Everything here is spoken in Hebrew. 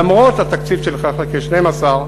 למרות התקציב של 1 חלקי 12,